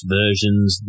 versions